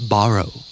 Borrow